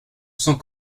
sans